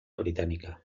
británica